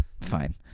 fine